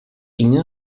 inge